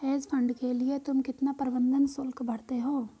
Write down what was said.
Hedge fund के लिए तुम कितना प्रबंधन शुल्क भरते हो?